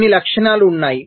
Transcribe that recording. కొన్ని లక్షణాలు ఉన్నాయి